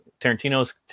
Tarantino's